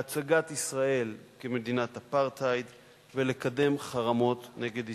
להצגת מדינת ישראל כמדינת אפרטהייד ולקידום חרמות נגד ישראל.